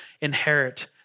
inherit